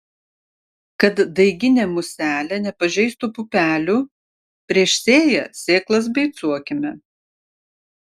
kad daiginė muselė nepažeistų pupelių prieš sėją sėklas beicuokime